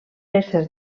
ésser